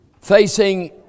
facing